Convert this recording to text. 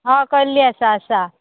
हय कल्ली आसा आसा